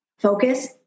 Focus